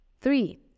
Three